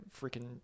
freaking